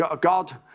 God